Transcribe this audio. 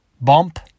bump